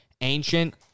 ancient